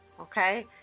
okay